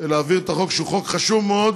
להעביר את החוק, שהוא חוק חשוב מאוד